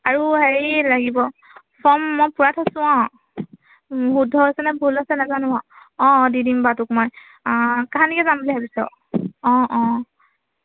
আৰু হেৰি লাগিব ফৰ্ম মই পূৰাই থৈছোঁ অঁ শুদ্ধ হৈছে ভুল হৈছে নাজানো আৰু অঁ অঁ দি দিম বাৰু তোক মই অঁ কাহানিকৈ যাম বুলি ভাবিছ অঁ অঁ